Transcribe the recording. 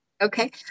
Okay